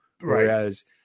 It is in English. Whereas